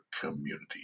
community